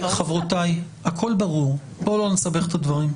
חברותיי, הכול ברור, בואו לא נסבך את הדברים.